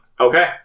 Okay